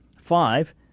Five